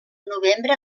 novembre